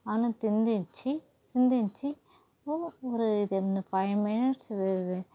அப்படின்னு சிந்தித்து சிந்தித்து ஒரு ஒரு இது இந்த ஃபைவ் மினிட்ஸ் வி வி